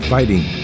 Fighting